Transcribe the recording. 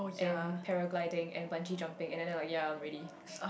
and paragliding and bungee jumping and then I like ya I'm ready